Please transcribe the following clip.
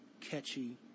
catchy